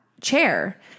chair